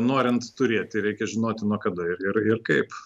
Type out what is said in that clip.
norint turėti reikia žinoti nuo kada ir ir kaip